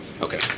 Okay